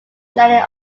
planning